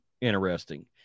interesting